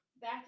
back